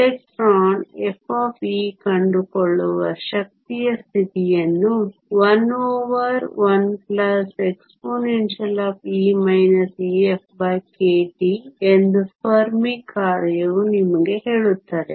electron f ಕಂಡುಕೊಳ್ಳುವ ಶಕ್ತಿಯ ಸ್ಥಿತಿಯನ್ನು 11expE EfkT ಎಂದು ಫೆರ್ಮಿ ಕಾರ್ಯವು ನಿಮಗೆ ಹೇಳುತ್ತದೆ